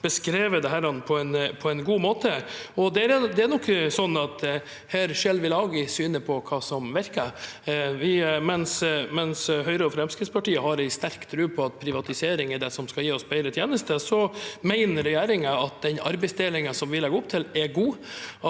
beskrevet dette på en god måte, og det er nok sånn at vi her skiller lag i synet på hva som virker. Mens Høyre og Fremskrittspartiet har en sterk tro på at privatisering er det som skal gi oss bedre tjenester, mener regjeringen at den arbeidsdelingen som vi legger opp til, er god